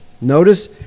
Notice